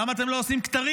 למה אתם לא עושים כתרים?